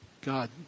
God